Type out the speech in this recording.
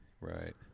Right